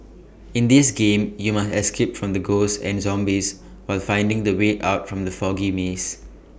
in this game you must escape from the ghosts and zombies while finding the way out from the foggy maze